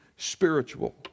spiritual